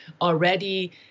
already